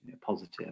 positive